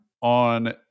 on